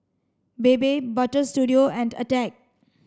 Bebe Butter Studio and Attack